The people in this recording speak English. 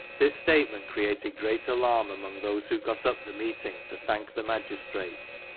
this statement created great alarm among those who got up the meeting to thank the magistrates,